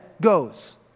goes